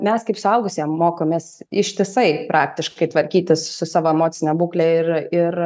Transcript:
mes kaip suaugusiem mokomės ištisai praktiškai tvarkytis su savo emocine būkle ir ir